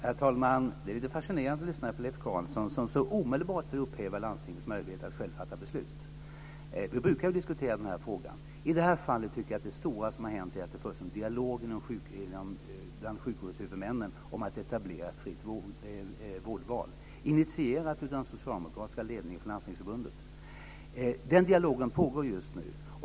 Herr talman! Det är lite fascinerande att lyssna på Leif Carlson som så omedelbart vill upphäva landstingens möjligheter att själva fatta beslut. Vi brukar diskutera den här frågan. I det här fallet tycker jag att det stora som har hänt är att det förs en dialog bland sjukvårdshuvudmännen om att etablera ett fritt vårdval, initierat av den socialdemokratiska ledningen för Landstingsförbundet. Den dialogen pågår just nu.